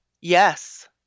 Yes